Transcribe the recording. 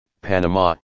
Panama